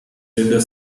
cylinder